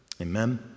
Amen